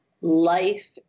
life